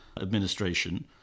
administration